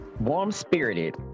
warm-spirited